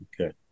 Okay